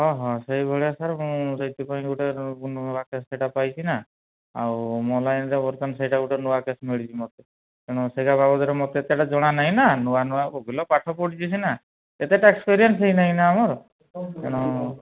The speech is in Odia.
ହଁ ହଁ ସେଇଭଳିଆ ସାର୍ ମୁଁ ସେଥିପାଇଁ ମୁଁ ଗୋଟେ ନୂଆ କେସ୍ ସେଟା ପାଇଛି ନା ଆଉ ମୋ ଲାଇନ୍ରେ ବର୍ତ୍ତମାନ ସେଇଟା ଗୋଟେ ନୂଆ କେସ୍ ମିଳିଛି ମୋତେ ତେଣୁ ସେଇଟା ବାବଦରେ ମୋତେ ଜଣାନାହିଁ ନା ନୂଆନୂଆ ଓକିଲ ପାଠ ପଢ଼ିଛି ସିନା ଏତେଟା ଏକ୍ସପେରିଏନ୍ସ୍ ହୋଇ ନାହିଁ ନା ଆମର ତେଣୁ